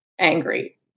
angry